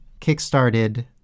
kickstarted